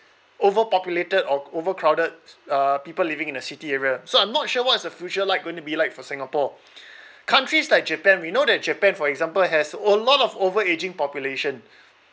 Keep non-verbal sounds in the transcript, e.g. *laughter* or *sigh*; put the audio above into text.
overpopulated or overcrowded uh people living in a city area so I'm not sure what is the future like going to be like for singapore *breath* countries like japan we know that japan for example has a lot of overaging population